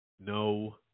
no